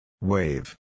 Wave